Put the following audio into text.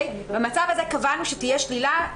במצב הזה קבענו שתהיה שלילה,